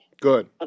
Good